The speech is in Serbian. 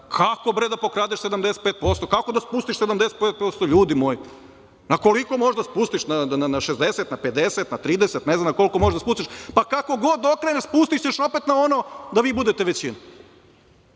Kako, bre, da pokradeš 75%, kako da spustiš 75%, ljudi moji? Na koliko možeš da spustiš, na 60, na 50, na 30, ne znam na koliko možeš da spustiš. Pa kako god okreneš, spustićeš opet na ono da vi budete većina.